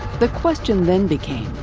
the question then became,